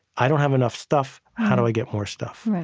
i don't have enough stuff how do i get more stuff?